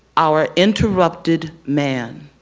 are interrupted man.